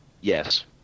yes